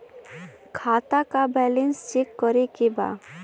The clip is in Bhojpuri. खाता का बैलेंस चेक करे के बा?